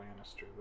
Lannister